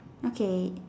okay